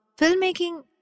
Filmmaking